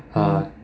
uh